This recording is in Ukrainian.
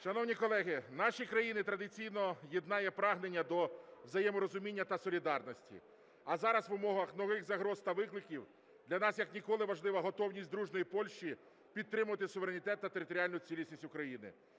Шановні колеги, наші країни традиційно єднає прагнення до взаєморозуміння та солідарності, а зараз в умовах нових загроз та викликів для нас як ніколи важлива готовність дружньої Польщі підтримувати суверенітет та територіальну цілісність України.